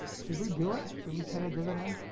should we do it? should we pay a dividend?